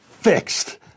fixed